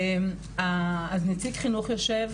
אז נציג חינוך יושב,